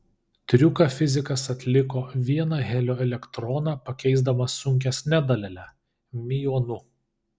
triuką fizikas atliko vieną helio elektroną pakeisdamas sunkesne dalele miuonu